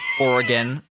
oregon